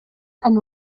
and